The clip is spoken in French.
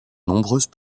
nombreuses